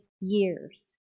years